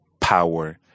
power